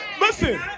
listen